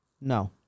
No